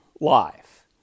life